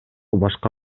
башка